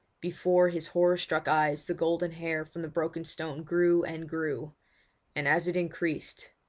before his horror-struck eyes the golden-hair from the broken stone grew and grew and as it increased,